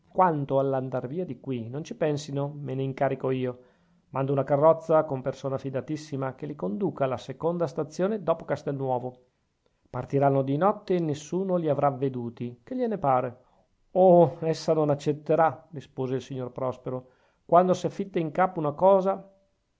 quanto all'andar via di qui non ci pensino me ne incarico io mando una carrozza con persona fidatissima che li conduca alla seconda stazione dopo castelnuovo partiranno di notte e nessuno li avrà veduti che gliene pare oh essa non accetterà rispose il signor prospero quando s'è fitta in capo una cosa